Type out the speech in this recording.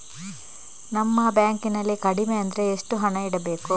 ನಮ್ಮ ಬ್ಯಾಂಕ್ ನಲ್ಲಿ ಕಡಿಮೆ ಅಂದ್ರೆ ಎಷ್ಟು ಹಣ ಇಡಬೇಕು?